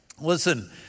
Listen